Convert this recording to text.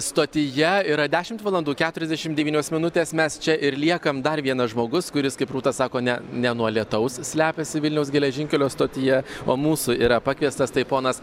stotyje yra dešimt valandų keturiasdešim devynios minutės mes čia ir liekam dar vienas žmogus kuris kaip rūta sako ne ne nuo lietaus slepiasi vilniaus geležinkelio stotyje o mūsų yra pakviestas tai ponas